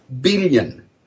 billion